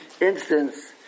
instance